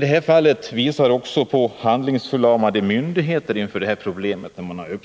Det här fallet visar också hur handlingsförlamade myndigheterna och